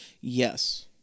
Yes